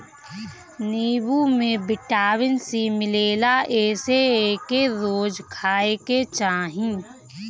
नीबू में vitamin C मिलेला एसे एके रोज खाए के चाही